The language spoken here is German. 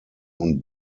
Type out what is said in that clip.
und